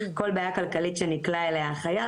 כל בעיה כלכלית שנקלע אליה החייל,